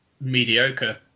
mediocre